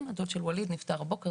הדוד של ווליד נפטר הבוקר,